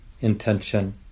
intention